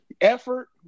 effort